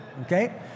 Okay